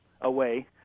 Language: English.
away